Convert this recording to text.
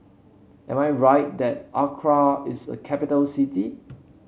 am I right that Accra is a capital city